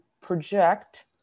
project